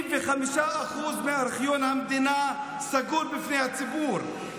85% מארכיון המדינה סגור בפני הציבור,